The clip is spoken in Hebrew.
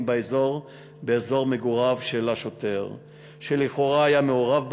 באזור מגוריו של השוטר שלכאורה היה מעורב באירוע,